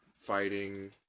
fighting